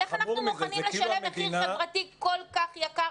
אז איך אנחנו מוכנים לשלם מחיר חברתי כל כך יקר?